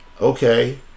Okay